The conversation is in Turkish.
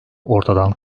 ortadan